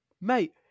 Mate